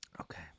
Okay